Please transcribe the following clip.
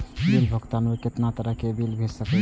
Bill भुगतान में कितना तरह के बिल भेज सके छी?